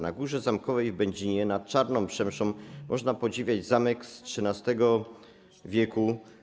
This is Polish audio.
Na Górze Zamkowej w Będzinie nad Czarną Przemszą można podziwiać zamek z XIII w.